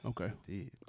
Okay